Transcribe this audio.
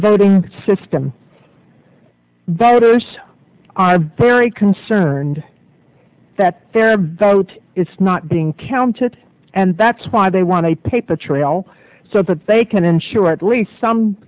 voting system voters are very concerned that their vote it's not being counted and that's why they want a paper trail so that they can ensure at least some